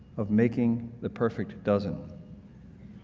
of making the perfect dozen.